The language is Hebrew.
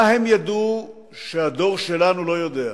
מה הם ידעו שהדור שלנו לא יודע?